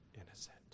innocent